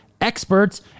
experts